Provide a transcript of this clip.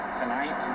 tonight